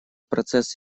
процесс